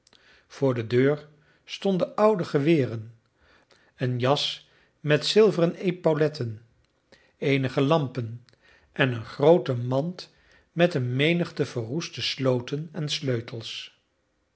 voor de deur stonden oude geweren een jas met zilveren epauletten eenige lampen en een groote mand met een menigte verroeste sloten en sleutels